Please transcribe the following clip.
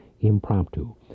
impromptu